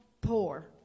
poor